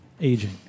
aging